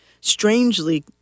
strangely